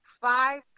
five